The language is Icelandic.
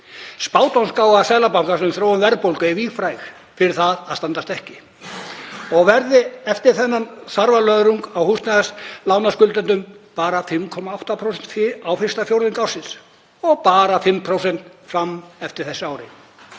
Spádómsgáfa Seðlabankans um þróun verðbólgu er víðfræg fyrir það að standast ekki og hún verður eftir þennan þarfa löðrung á húsnæðislánaskuldaranum bara 5,8% á fyrsta fjórðungi ársins og bara 5% fram eftir þessu ári.